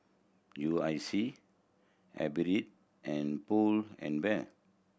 U I C and Pull and Bear